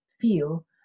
feel